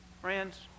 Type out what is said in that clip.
Friends